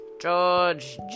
George